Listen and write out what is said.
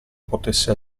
potesse